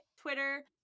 Twitter